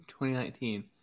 2019